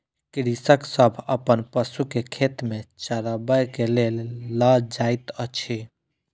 कृषक सभ अपन पशु के खेत में चरबै के लेल लअ जाइत अछि